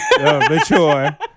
mature